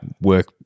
work